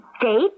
date